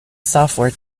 software